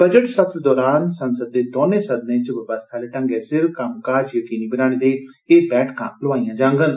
budget सत्र् दौरान संसद दे दौनें सदनें च व्यवस्था आले ढंगै सिर कस्मकाज यकीनी बनाने लेई एह् बैठकां लोआइयां जांगन